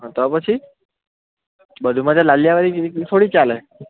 હા તો પછી બધું મને લાલ્યાવાડી થોડી ચાલે